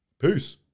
Peace